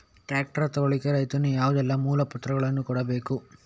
Tractor ತೆಗೊಳ್ಳಿಕೆ ರೈತನು ಯಾವುದೆಲ್ಲ ಮೂಲಪತ್ರಗಳನ್ನು ಕೊಡ್ಬೇಕು?